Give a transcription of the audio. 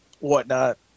whatnot